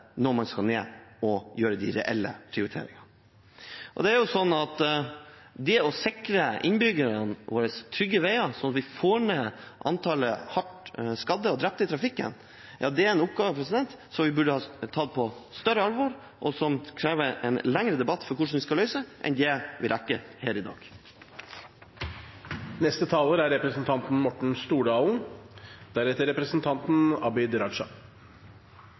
når man skal ned og foreta de reelle prioriteringene. Å sikre innbyggerne våre trygge veier, slik at vi får ned antallet hardt skadde og drepte i trafikken, er en oppgave vi burde ha tatt på større alvor, og som krever en lengre debatt om hvordan vi skal løse det, enn det vi rekker her i dag. Det nærmer seg slutten på debatten, og jeg vil oppsummere debatten slik: Det er